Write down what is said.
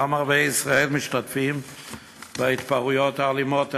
גם ערביי ישראל משתתפים בהתפרעויות האלימות האלה.